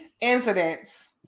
Incidents